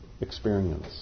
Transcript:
experience